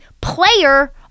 Player